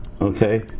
okay